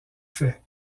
faits